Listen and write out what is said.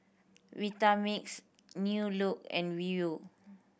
Vitamix New Look and Viu